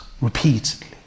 repeatedly